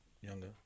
younger